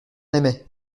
aimait